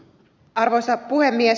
arvoisa puhemies